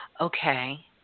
Okay